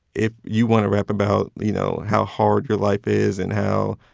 if you want to rap about, you know, how hard your life is and how,